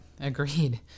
agreed